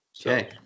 Okay